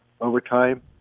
overtime